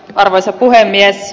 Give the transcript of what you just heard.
arvoisa puhemies